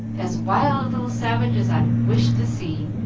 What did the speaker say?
as wild a little savage as i'd wish to see.